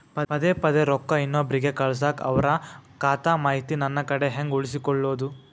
ಪದೆ ಪದೇ ರೊಕ್ಕ ಇನ್ನೊಬ್ರಿಗೆ ಕಳಸಾಕ್ ಅವರ ಖಾತಾ ಮಾಹಿತಿ ನನ್ನ ಕಡೆ ಹೆಂಗ್ ಉಳಿಸಿಕೊಳ್ಳೋದು?